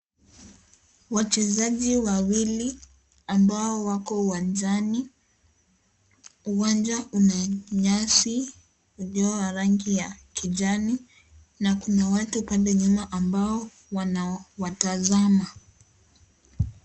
Wachezaji wawili ambao wako uwanjani, uwanja una nyasi ilio ya rangi ya kijani na kuna watu pale nyuma ambao wanaowatazama.